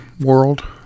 world